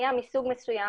בפנייה מסוג מסוים